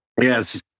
Yes